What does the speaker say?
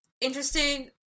interesting